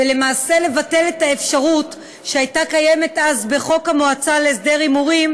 ולמעשה לבטל את האפשרות שהייתה קיימת אז בחוק המועצה להסדר הימורים,